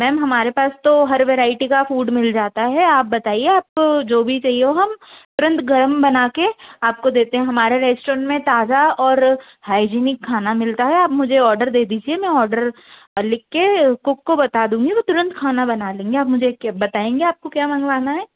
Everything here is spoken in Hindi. मैम हमारे पास तो हर वेरैटी का फूड मिल जाता है आप बताइए आपको जो भी चाहिए वो हम तुरंत गर्म बना कर आपको देते हैं हमारा रेस्टोरेंट में ताज़ा और हैजिनीक खाना मिलता है आप मुझे औडर दे दीजिए मैं औडर लिख के कुक को बता दूँगी वो तुरंत खाना बना लेंगे आप मुझे क्या बताएंगे आपको क्या मंगवाना है